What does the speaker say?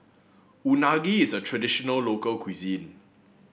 unagi is a traditional local cuisine